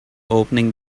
opening